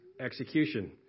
execution